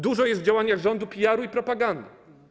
Dużo jest w działaniach rządu PR-u i propagandy.